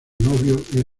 novio